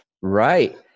Right